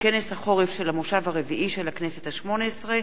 בכנס החורף של המושב הרביעי של הכנסת השמונה-עשרה,